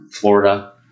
Florida